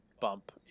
bump